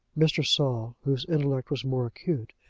mr. saul, whose intellect was more acute,